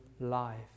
life